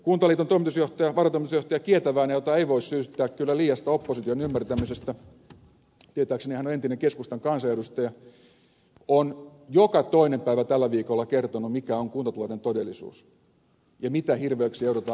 kuntaliiton varatoimitusjohtaja kietäväinen jota ei voi syyttää kyllä liiasta opposition ymmärtämisestä tietääkseni hän on entinen keskustan kansanedustaja on joka toinen päivä tällä viikolla kertonut mikä on kuntatalouden todellisuus ja mitä hirveyksiä joudutaan tekemään